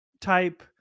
type